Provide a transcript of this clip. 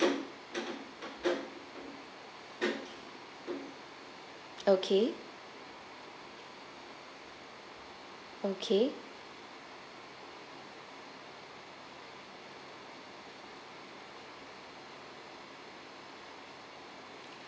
okay okay